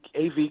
AV